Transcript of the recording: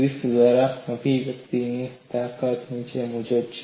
Griffith દ્વારા અસ્થિભંગની તાકાત નીચે મુજબ છે